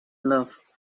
love